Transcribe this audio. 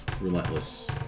relentless